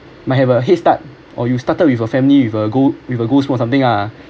might have a head start or you started with a family with a goal with a goal or something ah